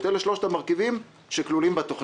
אלה מספרים קטנים.